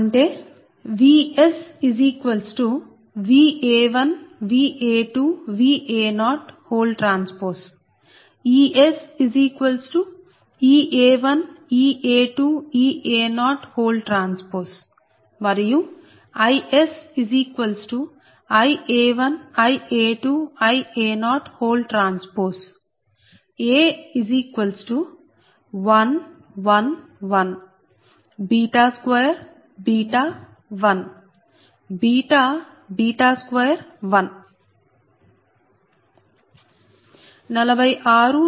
అంటేVsVa1 Va2 Va0 T EsEa1 Ea2 Ea0 Tమరియు IsIa1 Ia2 Ia0 T A1 1 1 2 1 2 1